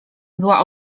była